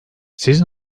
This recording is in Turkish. siz